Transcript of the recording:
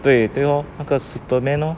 对对 lor 那个 superman lor